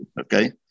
okay